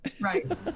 Right